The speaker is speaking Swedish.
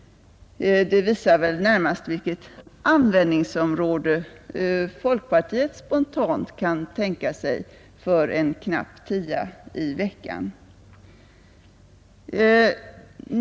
Det visar väl närmast vilket användningsområde folkpartiet spontant kan tänka sig för en knapp tia i veckan.